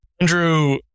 Andrew